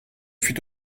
fut